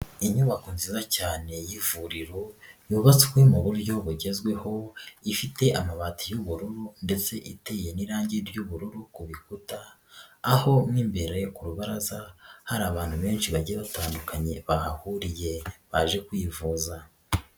Inyubako nziza cyane y'ivuriro yubatswe mu buryo bugezweho, ifite amabati y'ubururu ndetse iteye n'irangi ry'ubururu ku bikuta, aho mo imbere ku rubaraza hari abantu benshi bagiye batandukanye bahahuriye baje kwivuza.